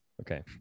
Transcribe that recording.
Okay